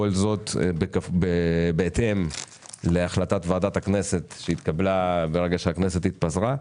כל זאת בהתאם להחלטת ועדת הכנסת שהתקבלה ברגע שהכנסת התפזרה.